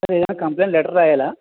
sir ఏమైనా complaint letter రాయలా